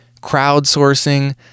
crowdsourcing